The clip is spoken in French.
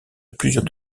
plusieurs